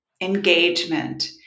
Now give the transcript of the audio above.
engagement